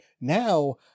Now